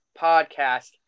podcast